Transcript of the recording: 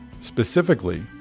Specifically